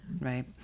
Right